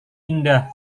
indah